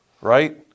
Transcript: right